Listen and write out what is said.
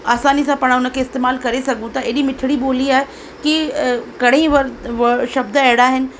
आसानी सां पाण उन खे इस्तेमालु करे सघूं था एॾी मिठिड़ी ॿोली आहे की घणे ई वर शब्द अहिड़ा आहिनि